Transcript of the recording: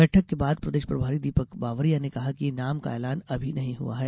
बैठक के बाद प्रदेश प्रभारी दीपक बावरिया ने कहा कि नाम का एलान अभी नहीं हुआ है